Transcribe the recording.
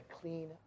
clean